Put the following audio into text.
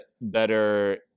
better